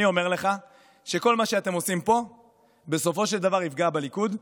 אני אומר לך שכל מה שאתם עושים פה בסופו של דבר יפגע בליכוד.